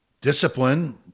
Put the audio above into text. Discipline